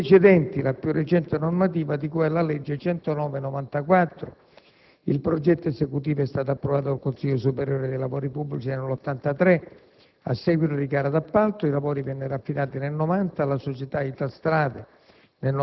antecedenti la più recente normativa di cui alla legge n. 109 del 1994. II progetto esecutivo è stato approvato dal Consiglio superiore dei lavori pubblici nel 1983. A seguito di gara d'appalto, i lavori vennero affidati nel 1990 alla società Italstrade